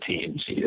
teams